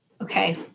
okay